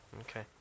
Okay